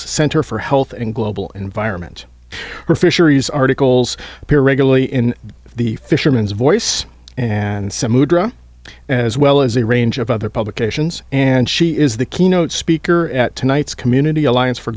center for health and global environment for fisheries articles appear regularly in the fisherman's voice and as well as a range of other publications and she is the keynote speaker at tonight's community alliance for